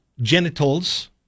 Genitals